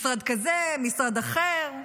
משרד כזה, משרד אחר.